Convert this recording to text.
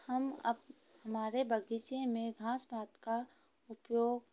हम अप हमारे बगीचे में घास पात का उपयोग